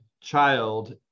child